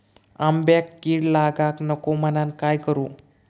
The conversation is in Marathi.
आंब्यक कीड लागाक नको म्हनान काय करू?